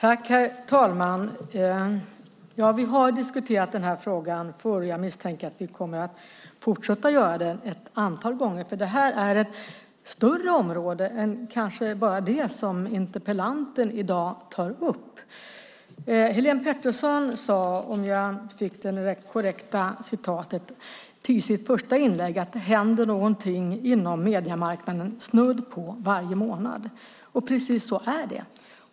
Herr talman! Vi har diskuterat den här frågan förr, och jag misstänker att vi kommer att fortsätta göra det ett antal gånger. Det här är ett större område än bara det som interpellanten i dag tar upp. Helene Petersson sade, om jag nu citerar det korrekt, att det händer något inom mediemarknaden snudd på varje månad. Precis så är det.